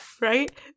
Right